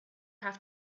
have